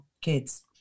kids